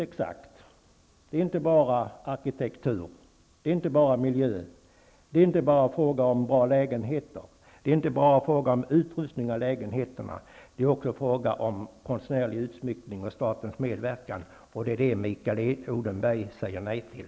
Det gäller inte bara arkitektur, miljö, bra lägenheter eller utrustning av lägenheterna. Det gäller också frågan om konstnärlig utsmyckning och statens medverkan. Det är det Mikael Odenberg säger nej till.